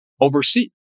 oversee